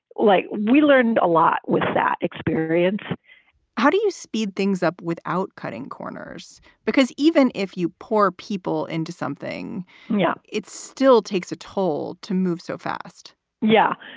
like we learned a lot with that experience how do you speed things up without cutting corners? because even if you pour people into something yeah still takes a toll to move so fast yeah.